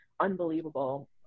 unbelievable